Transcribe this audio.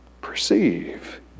perceive